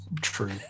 true